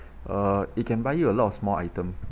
uh it can buy you a lot of small item